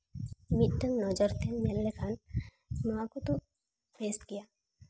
ᱢᱤᱫᱴᱮᱱ ᱱᱚᱡᱚᱨ ᱛᱮᱢ ᱧᱮᱞ ᱞᱮᱠᱷᱟᱱ ᱱᱚᱣᱟ ᱠᱚᱫᱚ ᱵᱮᱥ ᱜᱮᱭᱟ